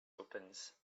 opens